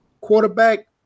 quarterback